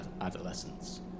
adolescents